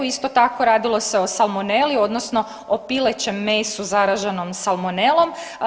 Isto tako radilo se o salmoneli odnosno o pilećem mesu zaraženom salmonelom.